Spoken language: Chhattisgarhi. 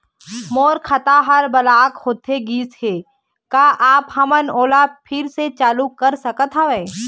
मोर खाता हर ब्लॉक होथे गिस हे, का आप हमन ओला फिर से चालू कर सकत हावे?